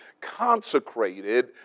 consecrated